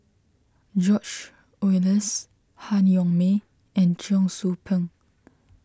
George Oehlers Han Yong May and Cheong Soo Pieng